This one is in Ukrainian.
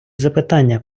запитання